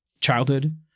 childhood